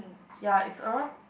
ya it's around